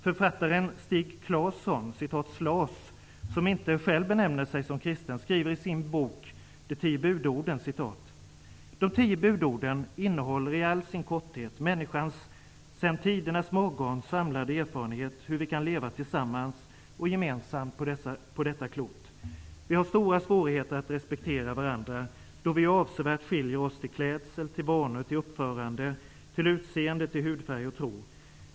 Författaren Stig Claesson, ''Slas'', som inte själv benämner sig som kristen, skriver i sin bok De tio budorden: ''De tio budorden innehåller i all sin korthet människans sen tidernas morgon samlade erfarenheter hur vi kan leva tillsammans och gemensamt på detta klot. Vi har stora svårigheter att respektera varandra då vi ju avsevärt skiljer oss till klädsel, till vanor, till uppförande, till utseende, till hudfärg och tro.